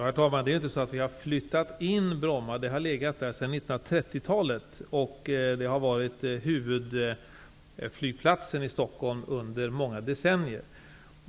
Herr talman! Det är inte så att vi har flyttat in Bromma. Bromma har legat där det ligger sedan 30-talet, och det har varit huvudflygplats i Stockholm under många decennier.